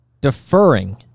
deferring